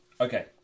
okay